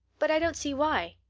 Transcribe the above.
but i don't see why.